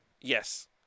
Yes